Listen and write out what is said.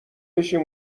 بشیم